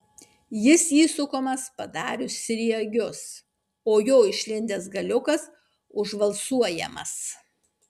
jis įsukamas padarius sriegius o jo išlindęs galiukas užvalcuojamas